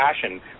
Passion